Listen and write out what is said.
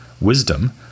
wisdom